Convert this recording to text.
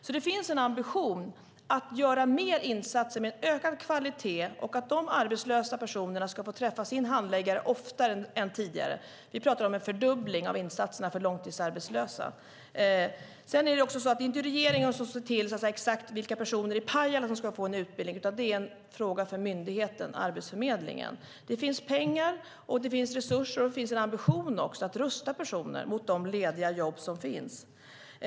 Det finns alltså en ambition att göra fler insatser med en ökad kvalitet. De arbetslösa personerna ska få träffa sin handläggare oftare än tidigare. Vi talar om en fördubbling av insatserna för långtidsarbetslösa. Det är inte regeringen som ser till exakt vilka personer i Pajala som ska få en utbildning. Det är en fråga för myndigheten Arbetsförmedlingen. Det finns pengar, det finns resurser och det finns också en ambition att rusta personer för de lediga jobb som finns.